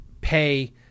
pay